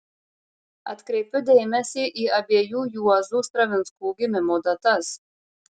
atkreipiu dėmesį į abiejų juozų stravinskų gimimo datas